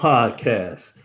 Podcast